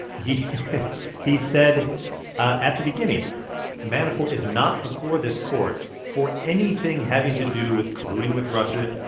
he he said at the beginning manafort is not before this court for anything having to do with colluding with russia,